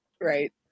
Right